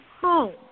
home